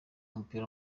w’umupira